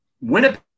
Winnipeg